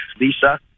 Lisa